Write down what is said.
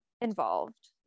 involved